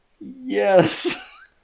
yes